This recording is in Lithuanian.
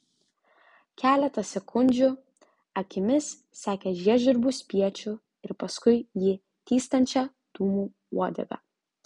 keletą sekundžių akimis sekė žiežirbų spiečių ir paskui jį tįstančią dūmų uodegą